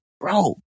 bro